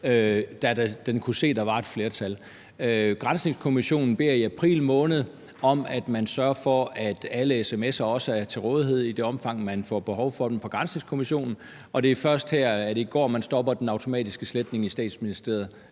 da den kunne se, at der var et flertal imod regeringen. Granskningskommissionen beder i april måned om, at man sørger for, at alle sms'er også er til rådighed i det omfang, granskningskommissionen får behov for dem, og det er først her i går, at man stopper den automatiske sletning i Statsministeriet